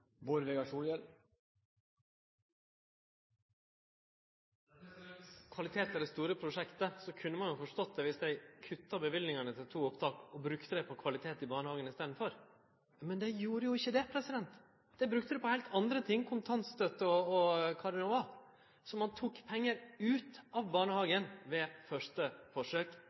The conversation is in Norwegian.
kvalitet er det store prosjektet, kunne ein forstått det dersom ein kutta løyvingane til to opptak og brukte det på kvalitet i barnehagen i staden – men ein gjorde ikkje det. Ein brukte det på heilt andre ting: kontantstøtte og kva det no var. Ein tok pengar frå barnehagen ved første forsøk.